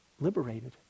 liberated